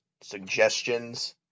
suggestions